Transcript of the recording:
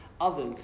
others